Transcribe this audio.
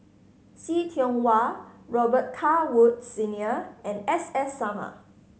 See Tiong Wah Robet Carr Woods Senior and S S Sarma